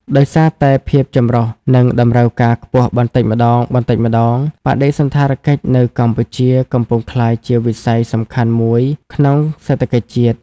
ដោយសារតែភាពចម្រុះ និងតម្រូវការខ្ពស់បន្តិចម្ដងៗ បដិសណ្ឋារកិច្ចនៅកម្ពុជា កំពុងក្លាយជាវិស័យសំខាន់មួយក្នុងសេដ្ឋកិច្ចជាតិ។